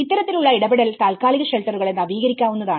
ഇത്തരത്തിൽ ഉള്ള ഇടപെടൽ താത്കാലിക ഷെൽട്ടറുകളെ നവീകരിക്കാവുന്നതാണ്